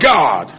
God